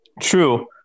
True